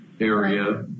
area